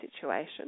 situation